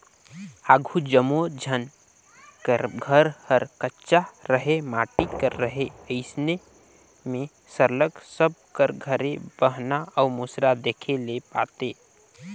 आघु जम्मो झन कर घर हर कच्चा रहें माटी कर रहे अइसे में सरलग सब कर घरे बहना अउ मूसर देखे ले पाते